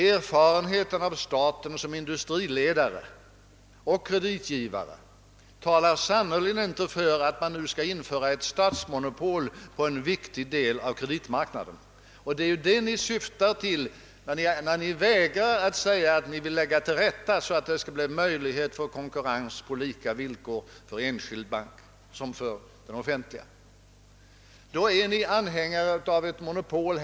Erfarenheten av staten som industriledare och kreditgivare talar sannerligen inte för att det nu bör införas ett statsmonopol då det gäller en viktig del av kreditmarknaden, men det är ju det ni åsyftar då ni vägrar att lägga till rätta för att möjliggöra konkurrens på lika villkor mellan en privat bank och en statlig. Ni är därmed anhängare av ett monopol.